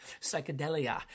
psychedelia